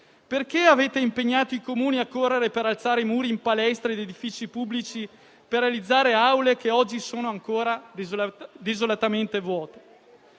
Perché avete impegnato i Comuni a correre per alzare muri in palestra ed edifici pubblici, per realizzare aule che oggi sono ancora desolatamente vuote?